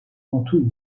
notu